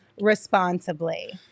responsibly